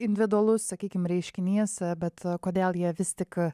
individualus sakykim reiškinys bet kodėl jie vis tik